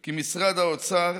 כי משרד האוצר